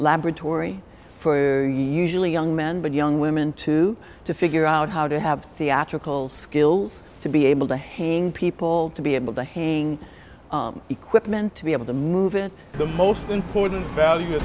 laboratory for usually young men but young women to to figure out how to have theatrical skills to be able to hang people to be able to hang equipment to be able to move in the most important value